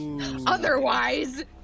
otherwise